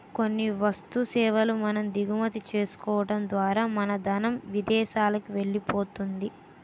కొన్ని వస్తు సేవల మనం దిగుమతి చేసుకోవడం ద్వారా మన ధనం విదేశానికి వెళ్ళిపోతుంది